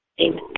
Amen